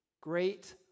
great